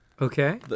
Okay